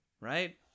right